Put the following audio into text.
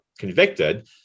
convicted